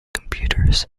computers